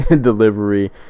delivery